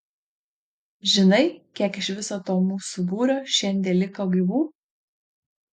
žinai kiek iš viso to mūsų būrio šiandie liko gyvų